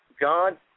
God